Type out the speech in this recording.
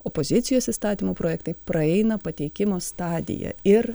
opozicijos įstatymų projektai praeina pateikimo stadiją ir